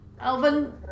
Alvin